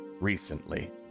recently